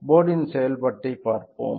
board இன் செயல்பாட்டைப் பார்ப்போம்